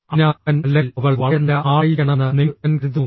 അതിനാൽ അവൻ അല്ലെങ്കിൽ അവൾ വളരെ നല്ല ആളായിരിക്കണമെന്ന് നിങ്ങൾ ഉടൻ കരുതുന്നു